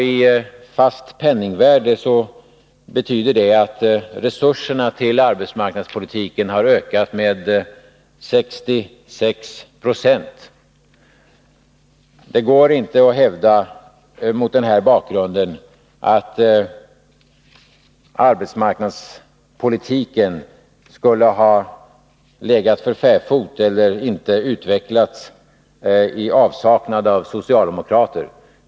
I fast penningvärde betyder det att resurserna till arbetsmarknadspolitiken har ökat med 66 96. Det går inte att hävda, mot den här bakgrunden, att arbetsmarknadspolitiken skulle ha legat för fäfot eller inte utvecklats i avsaknad av socialdemokrater.